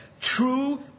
True